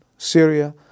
Syria